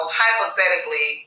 hypothetically